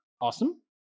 Awesome